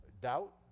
doubt